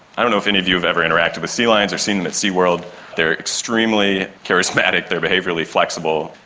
i don't know if any of you have ever interacted with sea lions or seen them at seaworld, they are extremely charismatic, they are behaviourally flexible.